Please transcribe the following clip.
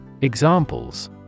Examples